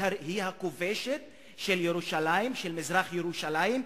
היא הכובשת של ירושלים, של מזרח-ירושלים.